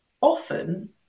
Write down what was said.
often